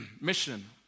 Mission